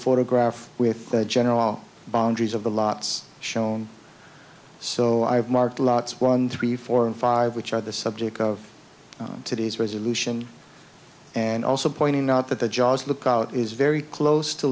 photograph with the general boundaries of the lots shown so i've marked lots one three four five which are the subject of today's resolution and also pointing out that the jaws lookout is very close to